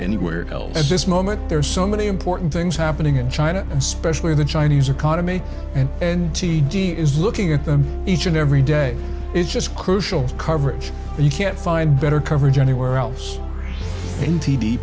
anywhere else at this moment there are so many important things happening in china especially the chinese economy and and t d is looking at them each and every day is just crucial coverage and you can't find better coverage anywhere else